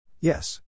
Yes